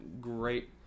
great